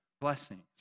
blessings